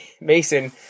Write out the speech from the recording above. Mason